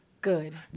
Good